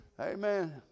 amen